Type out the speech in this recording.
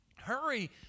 hurry